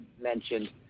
mentioned